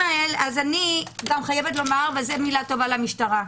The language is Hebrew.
אני גם חייבת לומר וזו מילה טוב למשטרה.